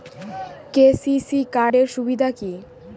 KCC card এর সুবিধা কি?